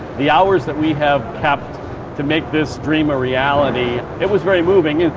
the hours that we have kept to make this dream a reality. it was very moving,